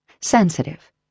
Sensitive